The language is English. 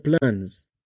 plans